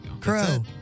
crow